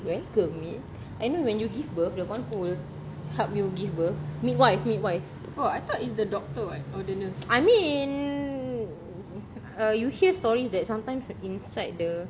welcome it I know when you give birth the one who will help you give birth midwife midwife I mean uh you hear stories that sometimes inside the